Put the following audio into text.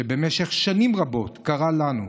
שבמשך שנים רבות קרא לנו,